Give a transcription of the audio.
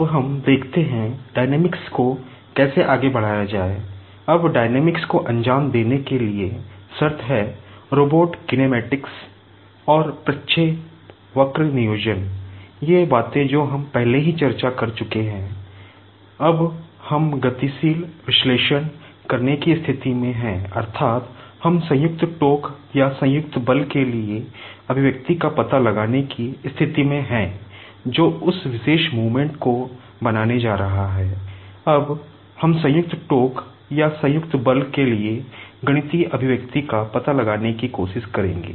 अब हम देखते हैं डायनेमिक्स का पता लगाने की कोशिश करेगे